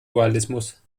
dualismus